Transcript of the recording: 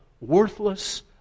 Worthless